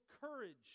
courage